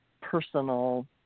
personal